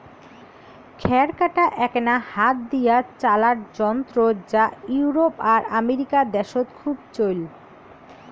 খ্যার কাটা এ্যাকনা হাত দিয়া চালার যন্ত্র যা ইউরোপ আর আমেরিকা দ্যাশত খুব চইল